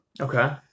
Okay